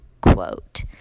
quote